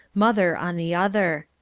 mother on the other.